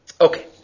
Okay